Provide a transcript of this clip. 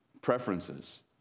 preferences